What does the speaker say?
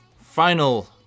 final